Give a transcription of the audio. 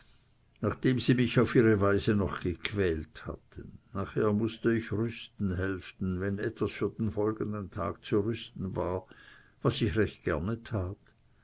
nachdem sie mich auf ihre weise noch gequält hatten nachher mußte ich rüsten helfen wenn etwas für den folgenden tag zu rüsten war was ich recht gerne tat